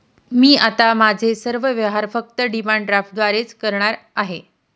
मी आता माझे सर्व व्यवहार फक्त डिमांड ड्राफ्टद्वारेच करणार आहे